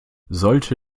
sollte